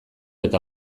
eta